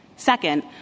Second